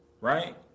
Right